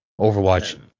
Overwatch